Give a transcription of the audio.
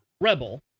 Rebel